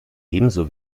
ebenso